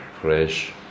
fresh